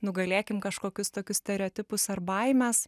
nugalėkim kažkokius tokius stereotipus ar baimes